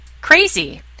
crazy